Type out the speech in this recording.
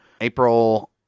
April